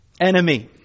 enemy